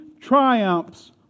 triumphs